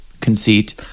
conceit